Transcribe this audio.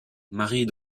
marie